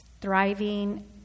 thriving